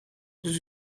dus